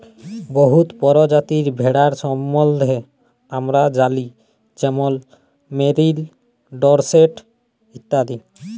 বহুত পরজাতির ভেড়ার সম্বল্ধে আমরা জালি যেমল মেরিল, ডরসেট ইত্যাদি